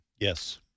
Yes